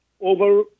over